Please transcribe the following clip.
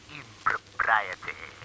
impropriety